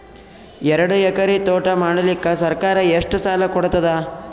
ಎರಡು ಎಕರಿ ತೋಟ ಮಾಡಲಿಕ್ಕ ಸರ್ಕಾರ ಎಷ್ಟ ಸಾಲ ಕೊಡತದ?